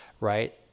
Right